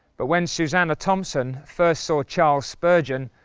but when susannah thompson first saw charles spurgeon,